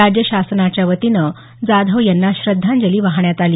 राज्य शासनाच्या वतीनं जाधव यांना श्रद्धांजली वाहण्यात आली